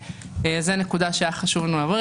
זו נקודה שהיה חשוב לנו להבהיר.